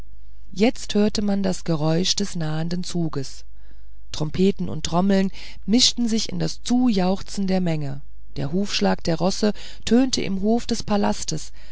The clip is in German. jetzt hörte man das geräusch des nahenden zuges trompeten und trommeln mischten sich in das zujauchzen der menge der hufschlag der rosse tönte im hof des palastes